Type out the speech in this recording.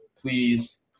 Please